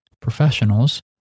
professionals